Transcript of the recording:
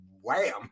wham